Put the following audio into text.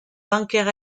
bancaire